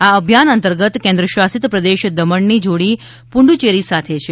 આ અભિયાન અંતર્ગત કેન્દ્રશાસિત પ્રદેશ દમણની જોડી પુડુચેરી સાથે છે